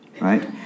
Right